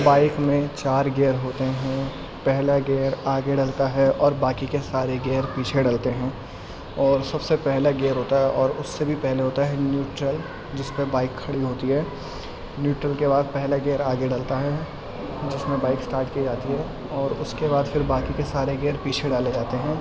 bike میں چار gear ہوتے ہیں پہلا گیئر آگے ڈلتا ہے اور باقی کے سارے گیئر پیچھے ڈلتے ہیں اور سب سے پہلا گیئر ہوتا ہے اور اس سے بھی پہلے ہوتا ہے نیوٹرل جس پہ بائک کھڑی ہوتی ہے نیوٹرل کے بعد پہلا گیئر آگے ڈلتا ہے جس میں بائک اسٹاٹ کی جاتی ہے اور اس کے بعد پھر باقی کے سارے گیئر پیچھے ڈالے جاتے ہیں